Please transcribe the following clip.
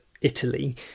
Italy